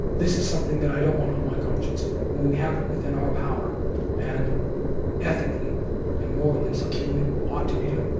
this is something that i don't want on my conscience when we have it within our power and ethically and morally something we ought to be doing.